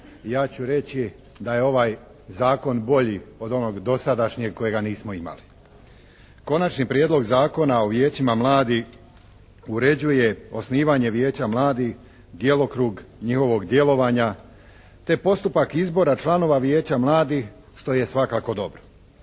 Ja ću reći da je ovaj zakon bolji od onog dosadašnjeg kojega nismo imali. Konačni prijedlog zakona o Vijećima mladih uređuje osnivanje Vijeća mladih djelokrug njihovog djelovanja, te postupak izbora članova Vijeća mladih što je svakako dobro.